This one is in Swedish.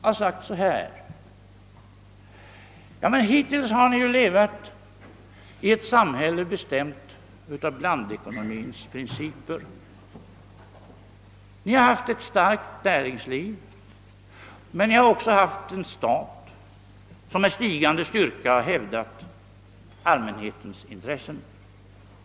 Man skulle ha kunnat säga: Hittills har ni ju levat i ett samhälle, byggt på blandekonomins principer; ni har haft ett starkt näringsliv men ni har också haft en stat som med stigande styrka hävdat allmänhetens intressen.